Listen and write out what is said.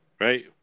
Right